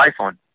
iPhone